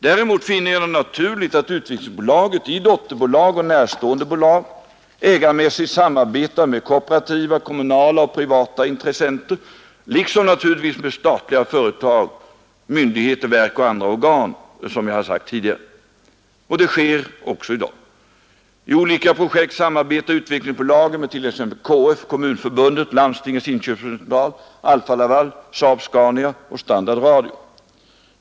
Däremot finner jag det naturligt att Utvecklingsbolaget i dotterbolag och närstående bolag ägarmässigt samarbetar med kooperativa, kommunala och privata intressenter liksom naturligtvis med statliga företag, myndigheter, verk och andra organ som jag har sagt tidigare, och det sker också i dag. I olika projekt samarbetar Utvecklingsbolaget med t.ex. KF, Kommunförbundet, Landstingens inköpscentral, Alfa Laval, SAAB-Scania och Standard radio.